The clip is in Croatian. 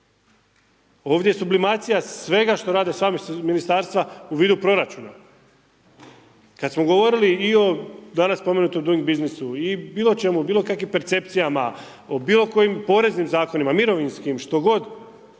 Ovdje sublimacija svega što rade .../Govornik se ne razumije. ministarstva u vidu proračuna. Kad smo govorili i o danas spomenutom duing biznisu i bilo čemu bilo kakvim percepcijama, o bilo kojim poreznim zakonima, mirovinskim što god